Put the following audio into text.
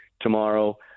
tomorrow